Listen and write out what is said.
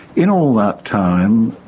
in all that time,